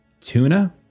tuna